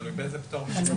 תלוי באיזה פטור מדובר.